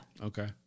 Okay